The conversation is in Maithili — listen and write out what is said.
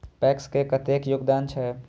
पैक्स के कतेक योगदान छै?